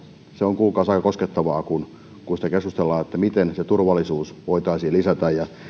se on kuulkaas aika koskettavaa kun kun keskustellaan miten sitä turvallisuutta voitaisiin lisätä ja